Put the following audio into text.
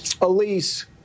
Elise